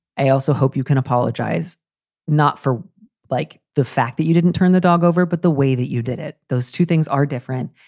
i also hope you can apologize not for like the fact that you didn't turn the dog over, but the way that you did it. those two things are different.